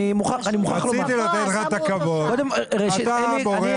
רציתי לתת לך את הכבוד, אתה בורח לשם.